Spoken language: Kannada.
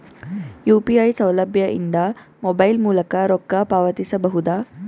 ಯು.ಪಿ.ಐ ಸೌಲಭ್ಯ ಇಂದ ಮೊಬೈಲ್ ಮೂಲಕ ರೊಕ್ಕ ಪಾವತಿಸ ಬಹುದಾ?